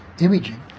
imaging